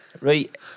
Right